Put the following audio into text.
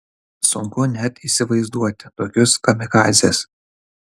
sunku net įsivaizduoti tokius kamikadzes